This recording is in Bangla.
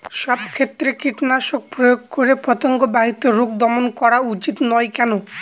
সব ক্ষেত্রে কীটনাশক প্রয়োগ করে পতঙ্গ বাহিত রোগ দমন করা উচিৎ নয় কেন?